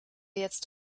jetzt